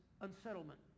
unsettlement